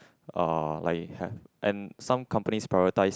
uh like have and some companies prioritise